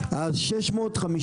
מעודכנים.